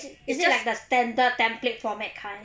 is it like the standard template format kind